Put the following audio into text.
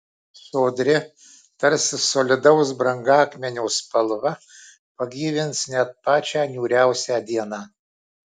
sodri tarsi solidaus brangakmenio spalva pagyvins net pačią niūriausią dieną